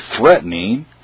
threatening